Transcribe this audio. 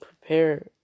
prepare